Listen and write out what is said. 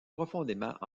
profondément